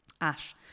Ash